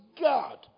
God